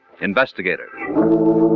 investigator